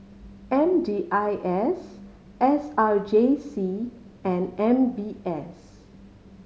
M D I S S R J C and M B S